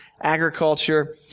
agriculture